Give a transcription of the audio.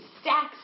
stacks